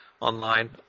online